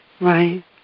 Right